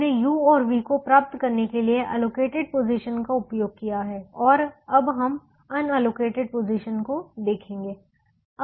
हमने u और v को प्राप्त करने के लिए एलोकेटेड पोजीशन का उपयोग किया है और अब हम अनएलोकेटेड पोजीशन को देखेंगे